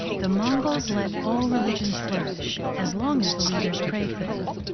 the mongols let all religions flourish, as long as the leaders prayed for them.